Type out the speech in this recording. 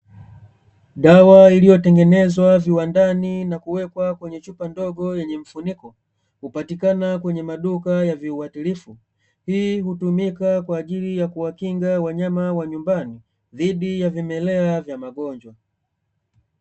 Dawa iliyotengenezwa viwandani na kuwekwa kwenye chupa ndogo yenye vifuniko, hupatikana kwenye maduka ya viuatilifu, hii hutumkia kwa ajili ya kuwakinga wanyama wa nyumbani, dhidi ya vimelea vya magonywa.